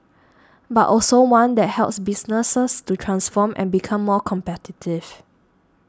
but also one that helps businesses to transform and become more competitive